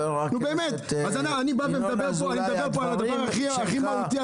אני מדבר פה על הדבר הכי מהותי,